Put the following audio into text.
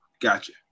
Gotcha